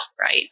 right